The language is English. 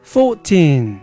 Fourteen